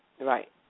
right